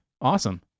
awesome